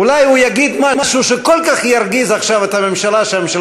אולי הוא יגיד משהו שכל כך ירגיז עכשיו את הממשלה,